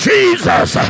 Jesus